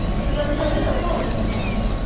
it was no real horse, miss agnes,